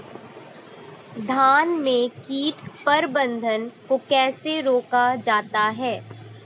धान में कीट प्रबंधन को कैसे रोका जाता है?